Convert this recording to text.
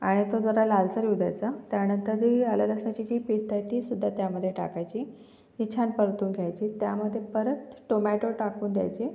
आणि तो जरा लालसर होऊ द्यायचा त्यानंतर ती आलं लसणाची जी पेस्ट आहे ती सुद्धा त्यामध्ये टाकायची ती छान परतून घ्यायची त्यामध्ये परत टोमॅटो टाकून द्यायचे